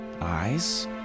Eyes